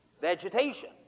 Vegetation